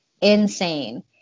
insane